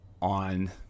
on